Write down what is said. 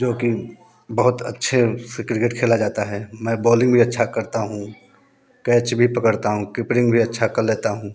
जोकि बहुत अच्छे से क्रिकेट खेला जाता है मैं बॉलिंग भी अच्छा करता हूँ कैच भी पकड़ता हूँ किपरिंग भी अच्छा कर लेता हूँ